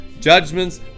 judgments